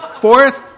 Fourth